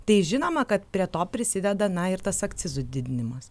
tai žinoma kad prie to prisideda na ir tas akcizų didinimas